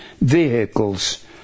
vehicles